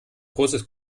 großes